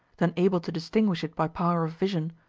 than able to distinguish it by power of vision,